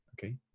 Okay